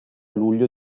luglio